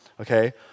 okay